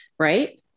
Right